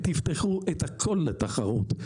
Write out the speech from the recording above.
תפתחו את הכול לתחרות.